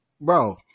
bro